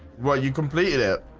well, you completed it